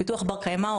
פיתוח בר קיימא,